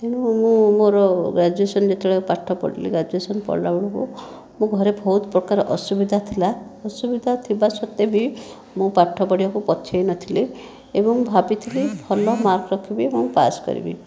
ତେଣୁ ମୁଁ ମୋର ଗ୍ରାଜୁଏସନ ଯେତେବେଳେ ପାଠ ପଢ଼ିଲି ଗ୍ରାଜୁଏସନ ପଢ଼ିଲା ବେଳକୁ ମୋ' ଘରେ ବହୁତ ପ୍ରକାର ଅସୁବିଧା ଥିଲା ଅସୁବିଧା ଥିବା ସତ୍ତ୍ଵେ ବି ମୁଁ ପାଠ ପଢ଼ିବାକୁ ପଛାଇନଥିଲି ଏବଂ ଭାବିଥିଲି ଭଲ ମାର୍କ ରଖିବି ଏବଂ ପାସ୍ କରିବି